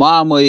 mamai